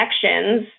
connections